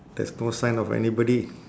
there's no sign of anybody